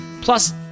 Plus